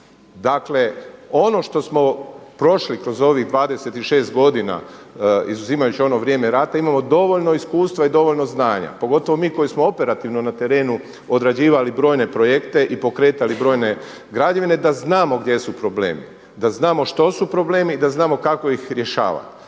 Dakle, ono što smo prošli kroz ovih 26 godina izuzimajući ono vrijeme rata imamo dovoljno iskustva i dovoljno znanja pogotovo mi koji smo operativno na terenu odrađivali brojne projekte i pokretali brojne građevine da znamo gdje su problemi, da znamo što su problemi i da znamo kako ih rješava.